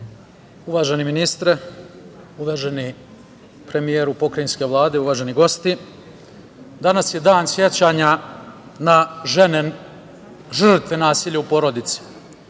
Uvaženi ministre, uvaženi premijeru pokrajinske Vlade, uvaženi gosti, danas je Dan sećanja na žene žrtve nasilja u porodici. Naime,